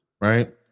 right